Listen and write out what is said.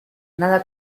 nada